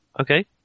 Okay